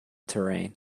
terrain